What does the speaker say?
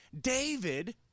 David